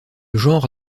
genre